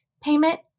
payment